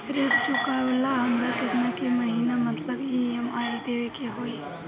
ऋण चुकावेला हमरा केतना के महीना मतलब ई.एम.आई देवे के होई?